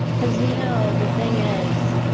because, you know, the thing is,